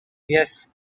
yes